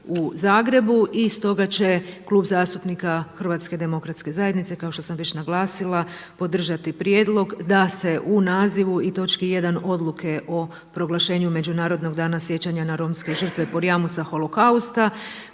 u Zagrebu. I stoga će Klub zastupnika Hrvatske demokratske zajednice kao što sam već naglasila podržati prijedlog da se u nazivu i točki 1. Odluke o proglašenju Međunarodnog dana sjećanja na romske žrtve Porajmosa, Holokausta